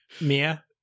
Mia